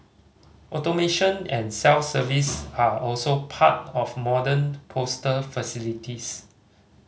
automation and self service are also part of modern postal facilities